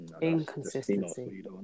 Inconsistency